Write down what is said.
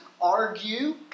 argue